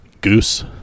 goose